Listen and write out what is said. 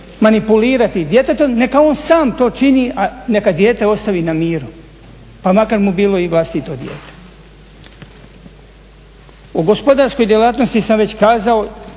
manipulirati djetetom neka on sam to čini a neka dijete ostavi na miru pa makar mu bilo i vlastito dijete. O gospodarskoj djelatnosti sam već kazao,